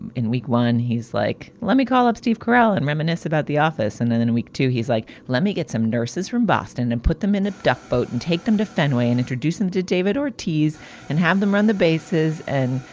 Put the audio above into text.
in week one, he's like, let me call up steve carell and reminisce about the office. and then in week two, he's like, let me get some nurses from boston and put them in a duck boat and take them to fenway and introduce them to david or tease and have them run the bases. and,